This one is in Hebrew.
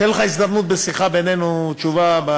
אני אתן לך בהזדמנות, בשיחה בינינו, תשובה בעניין.